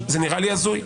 זה נראה לי הזוי.